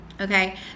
Okay